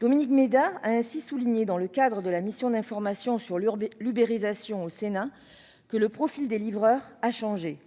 Dominique Méda a ainsi souligné, dans le cadre de la mission d'information du Sénat sur l'ubérisation de la société, que « le profil des livreurs a [...] changé.